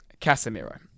Casemiro